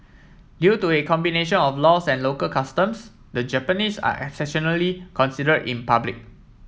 due to a combination of laws and local customs the Japanese are exceptionally consider in public